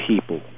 people